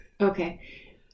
Okay